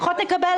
ביקשנו לקבל